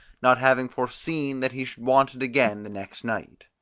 not having foreseen that he should want it again the next night.